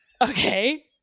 Okay